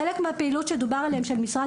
חלק מהפעילות שדובר עליהם של משרד